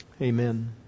Amen